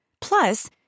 Plus